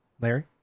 Larry